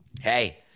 Hey